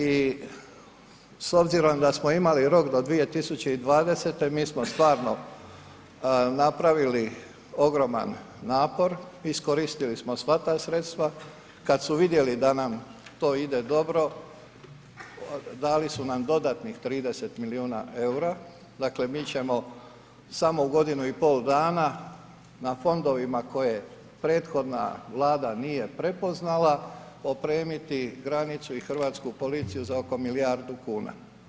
I s obzirom da smo imali rok do 2020. mi smo stvarno napravili ogroman napor, iskoristili smo sva ta sredstva, kad su vidjeli da nam to ide dobro, dali su nam dodatnih 30 milijuna EUR-a, dakle mi ćemo samo u godinu i pol dana na fondovima koje prethodna vlada nije prepoznala opremiti granicu i hrvatsku policiju za oko milijardu kuna.